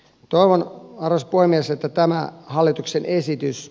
talon ars puhemies että tämä hallituksen esitys